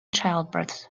childbirths